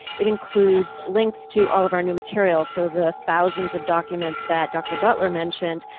it includes links to all of our new materials, so the thousands of documents that dr. butler mentioned,